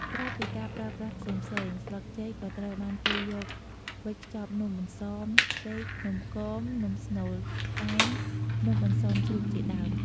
ក្រៅពីការប្រើប្រាស់ផ្សេងៗស្លឹកចេកក៏ត្រូវបានគេយកវេចនំអន្សមចេក នំគម នំស្នូលផ្អែម នំអន្សមជ្រូកជាដើម។